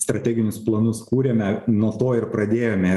strateginius planus kūrėme nuo to ir pradėjome